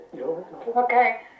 Okay